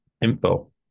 info